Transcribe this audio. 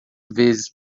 vezes